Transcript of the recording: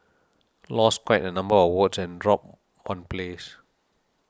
lost quite a number of votes and dropped one place